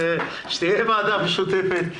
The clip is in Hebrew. שתהיה ועדה משותפת,